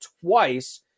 twice